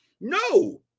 No